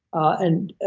and